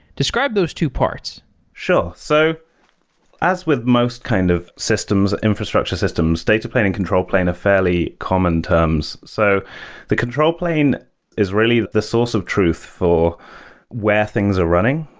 describe those two parts sure. so as with most kind of systems, infrastructure systems, data plane and control plane are fairly common terms. so the control plane is really the source of truth for where things are running,